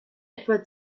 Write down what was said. etwa